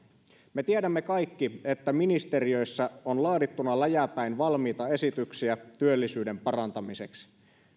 me kaikki tiedämme että ministeriöissä on laadittuna läjäpäin valmiita esityksiä työllisyyden parantamiseksi